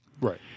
Right